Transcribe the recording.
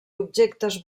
objectes